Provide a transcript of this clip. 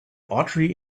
autry